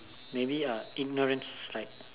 maybe uh ignorance is like